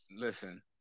listen